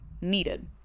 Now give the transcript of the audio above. needed